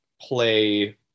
play